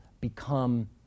become